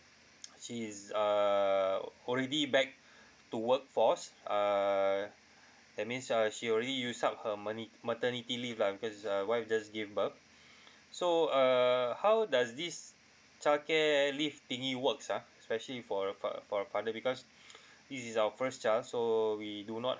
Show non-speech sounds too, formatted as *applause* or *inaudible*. *noise* she's err already back to work force err that means ya she already use up her maternity leave lah because uh wife just give birth so uh how does this childcare leave thingy works ah especially for a fa~ for a father because this is our first child so we do not